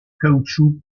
caoutchouc